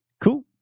Cool